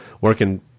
working